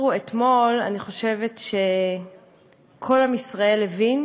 אתמול אני חושבת שכל עם ישראל הבין